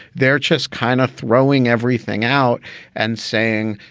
they're just kind of throwing everything out and saying,